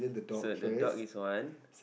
so the dog is one